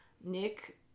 Nick